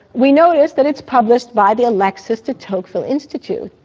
we notice that it's published by the alexis de tocqueville institute.